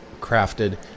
crafted